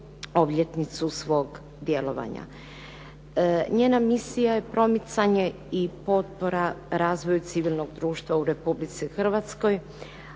obljetnicu svog djelovanja. Njena misija je promicanje i potpora razvoju civilnog društva u Republici Hrvatskoj,